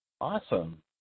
Awesome